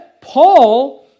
Paul